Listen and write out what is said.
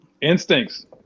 Instincts